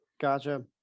Gotcha